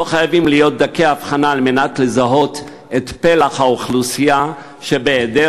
לא חייבים להיות דקי הבחנה על מנת לזהות את פלח האוכלוסייה שבהיעדר